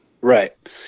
Right